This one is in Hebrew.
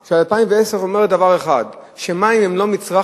של 2010 אומרת דבר אחד: מים הם לא מצרך